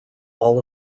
all